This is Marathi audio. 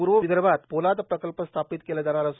पूर्व विदर्भात पोलाद प्रकल्प स्थापित केला जाणार आहे